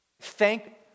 Thank